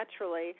naturally